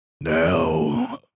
Now